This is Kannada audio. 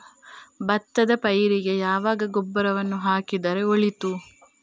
ಭತ್ತದ ಪೈರಿಗೆ ಯಾವಾಗ ಗೊಬ್ಬರವನ್ನು ಹಾಕಿದರೆ ಒಳಿತು?